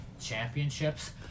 championships